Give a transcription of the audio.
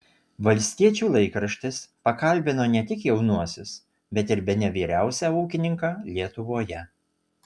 valstiečių laikraštis pakalbino ne tik jaunuosius bet ir bene vyriausią ūkininką lietuvoje